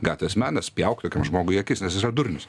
gatvės menas spjauk tokiam žmogui į akis nes jis yra durnius